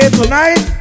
tonight